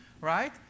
Right